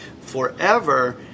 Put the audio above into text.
forever